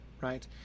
right